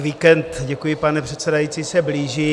Víkend děkuji, paní předsedající se blíží.